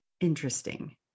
Interesting